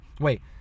wait